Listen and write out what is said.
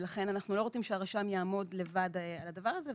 ולכן אנחנו לא רוצים שהרשם יעמוד לבד על הדבר הזה,